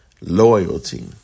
Loyalty